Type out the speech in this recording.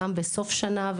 גם בסוף שנה,